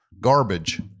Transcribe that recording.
garbage